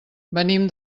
venim